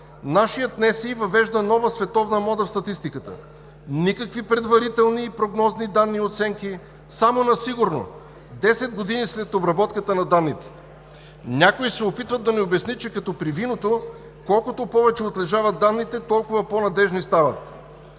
нашият НСИ въвежда нова световна мода в статистиката. Никакви предварителни и прогнозни данни и оценки, само на сигурно 10 години след обработката на данните. Някой се опитва да ми обясни, че като при виното колкото повече отлежават данните, толкова по-надеждни стават.